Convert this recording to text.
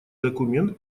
документ